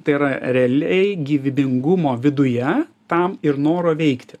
tai yra realiai gyvybingumo viduje tam ir noro veikti